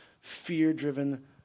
fear-driven